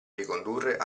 ricondurre